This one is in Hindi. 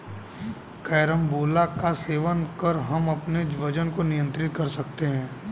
कैरम्बोला का सेवन कर हम अपने वजन को नियंत्रित कर सकते हैं